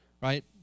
right